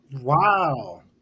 Wow